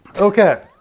Okay